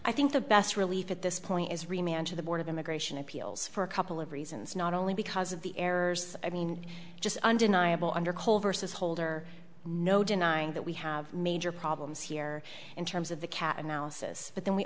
i think the best relief at this point is remain to the board of immigration appeals for a couple of reasons not only because of the errors i mean just undeniable under cole versus holder no denying that we have major problems here in terms of the cat analysis but then we